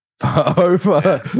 Over